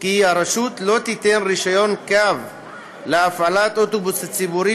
כי הרשות לא תיתן רישיון קו להפעלת אוטובוס ציבורי